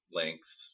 lengths